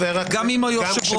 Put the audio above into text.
גם אם היושב-ראש.